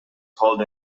called